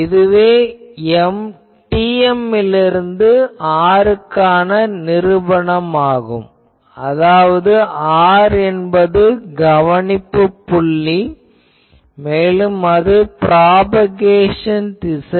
இதுவே TM லிருந்து r க்கான நிருபணம் ஆகும் அதாவது r என்பது கவனிப்புப் புள்ளி மேலும் அது ப்ராபகேஷன் திசை